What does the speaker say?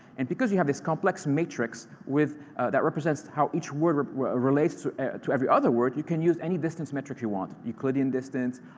and because you have this complex matrix that represents how each word ah relates to to every other word, you can use any distance metric you want euclidean distance,